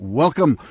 welcome